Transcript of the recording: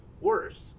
worse